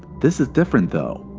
this is different though.